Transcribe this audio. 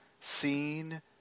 seen